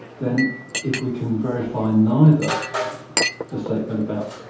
then if we can verify neither the statement about